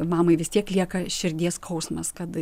mamai vis tiek lieka širdies skausmas kad